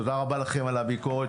תודה רבה לכם על הביקורת.